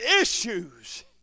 issues